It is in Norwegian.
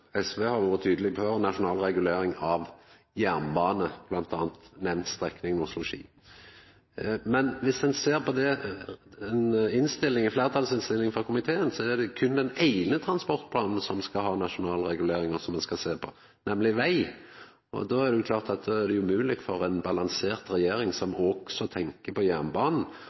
SV har vore tydeleg på ei nasjonal regulering av jernbane, bl.a. på strekninga Oslo–Ski. Men om ein ser på fleirtalsinnstillinga frå komiteen, er det berre den eine transportplanen som skal ha nasjonal regulering, og som me skal sjå på, nemleg den som gjeld veg. Då er det klart at det er umogleg for partia til ei balansert regjering, som òg tenkjer på jernbanen,